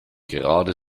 gerade